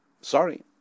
Sorry